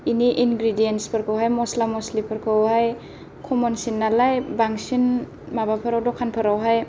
इनि इनग्रिदेन्स फोरखौहाय मस्ला मस्लिफोरखौ हाय खमनसिन नालाय बांसिन माबाफोराव दखानफोराव हाय